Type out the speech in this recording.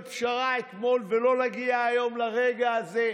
פשרה אתמול ולא להגיע היום לרגע הזה,